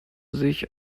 sich